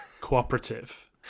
cooperative